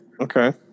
Okay